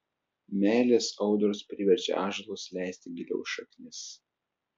meilės audros priverčia ąžuolus leisti giliau šaknis